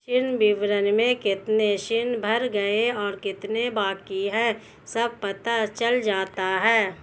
ऋण विवरण में कितने ऋण भर गए और कितने बाकि है सब पता चल जाता है